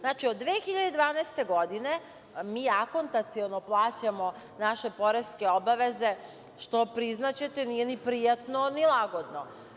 Znači, od 2012. godine mi akontaciono plaćamo naše poreske obaveze što priznaćete nije ni prijatno ni lagodno.